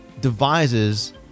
devises